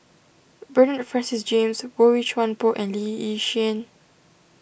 Bernard Francis James Boey Chuan Poh and Lee Yi Shyan